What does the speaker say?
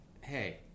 hey